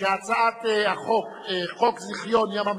כבוד השר יצחק